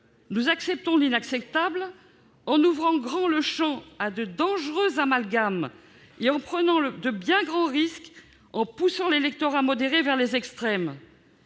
nous acceptons l'inacceptable, en ouvrant grand le champ à de dangereux amalgames ; et nous prenons de bien grands risques en poussant l'électorat modéré vers les extrêmes.